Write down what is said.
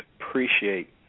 appreciate